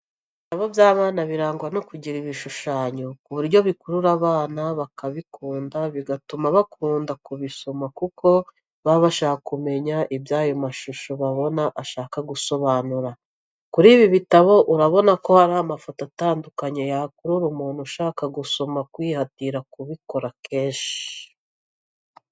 Ibitabo by'abana birangwa no kugira ibishushanyo, ku buryo bikurura abana bakabikunda bigatuma bakunda kubisoma kuko baba bashaka kumenya ibyo ayo mashusho babona ashaka gusobanura, kuri ibi bitabo urabona ko hariho amafoto atandukanye yakurura umuntu ushaka gusoma kwihatira kubikora kenshi.